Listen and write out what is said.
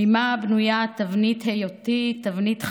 ממה בנויה תבנית היותי, תבנית חיי,